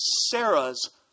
Sarah's